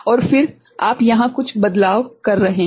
और फिर आप यहाँ पर कुछ बदलाव कर रहे हैं